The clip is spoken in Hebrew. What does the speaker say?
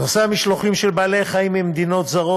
נושא המשלוחים של בעלי-חיים ממדינות זרות